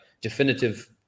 definitive